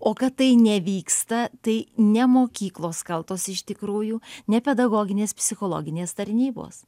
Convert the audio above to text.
o kad tai nevyksta tai ne mokyklos kaltos iš tikrųjų ne pedagoginės psichologinės tarnybos